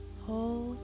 Hold